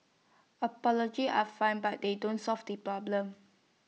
apology are fine but they don't solve the problem